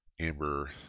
amber